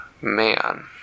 man